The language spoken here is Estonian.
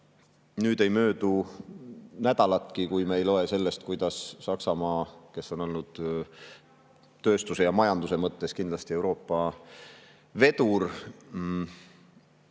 Nüüd ei möödu nädalatki, kui me ei loe sellest, kuidas Saksamaa, kes on olnud tööstuse ja majanduse mõttes kindlasti Euroopa vedur,